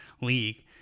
league